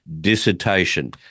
dissertation